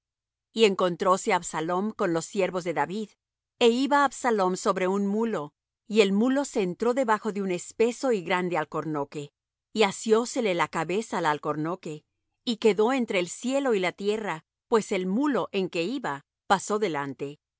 y encontróse absalom con los siervos de david é iba absalom sobre un mulo y el mulo se entró debajo de un espeso y grande alcornoque y asiósele la cabeza al alcornoque y quedó entre el cielo y la tierra pues el mulo en que iba pasó delante y